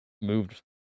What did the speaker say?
moved